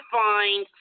find